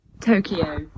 Tokyo